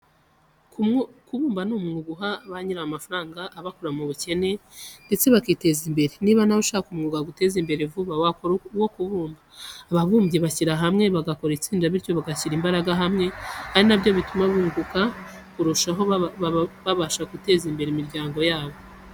kubumba ni umwuga uha ba nyirawo amafaranga abakura mu bukene, ndetse bakiteza imbere, niba nawe ushaka umwuga waguteza imbere vuba, wakora uwo kubumba. Ababumbyi bishyira hamwe bagakora itsinda bityo bagashyira imbaraga hamwe, ari na byo bituma bunguka kurushaho, bakabasha guteza imbere imiryango yabo.